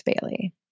Bailey